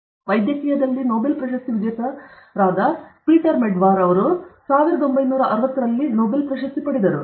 ಆದ್ದರಿಂದ ವೈದ್ಯಕೀಯದಲ್ಲಿ ನೊಬೆಲ್ ಪ್ರಶಸ್ತಿ ವಿಜೇತ ಪೀಟರ್ ಮೆಡವಾರ್ 1960 ರಲ್ಲಿ ನೊಬೆಲ್ ಪ್ರಶಸ್ತಿ ಪಡೆದರು